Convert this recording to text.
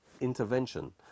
intervention